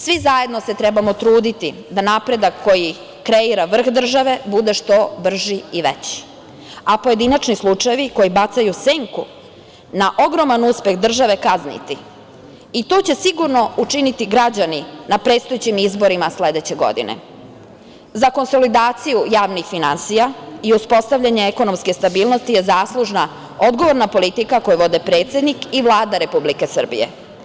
Svi zajedno se trebamo truditi da napredak koji kreira vrh države bude što brži i veći, a pojedinačni slučajevi koji bacaju senku na ogroman uspeh države kazniti i to će sigurno učiniti građani na predstojećim izborima sledeće godine. za konsolidaciju javnih finansija i uspostavljanje ekonomske stabilnosti je zaslužna odgovorna politika koju vode predsednik i Vlada Republike Srbije.